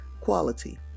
quality